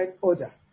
order